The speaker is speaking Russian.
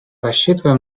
рассчитываем